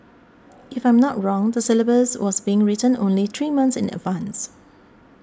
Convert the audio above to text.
if I'm not wrong the syllabus was being written only three months in advance